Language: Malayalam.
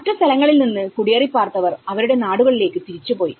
മറ്റു സ്ഥലങ്ങളിൽ നിന്ന് കുടിയേറിപ്പാർത്ത വർ അവരുടെ നാടുകളിലേക്ക് തിരിച്ചു പോയി